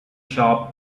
shop